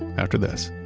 after this